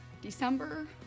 December